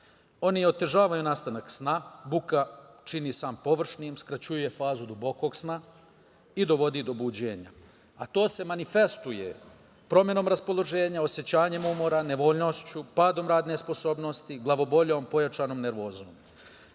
oni otežavaju nastanak sna, buka čini san površnim, skraćuje fazu dubokog sna i dovodi do buđenja, a to se manifestuje promenom raspoloženja, osećanjima umora, nevoljnošću, padom radne sposobnosti, glavoboljom, pojačanom nervozom. Ono